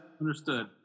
understood